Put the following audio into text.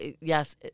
yes